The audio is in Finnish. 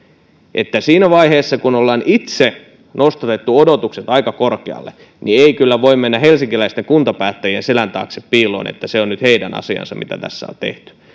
siinä vaiheessa kun ollaan itse nostatettu odotukset aika korkealle niin ei kyllä voi mennä helsinkiläisten kuntapäättäjien selän taakse piiloon niin että se on nyt heidän asiansa mitä tässä on tehty